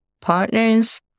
partners